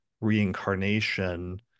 reincarnation